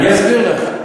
אני אסביר לך.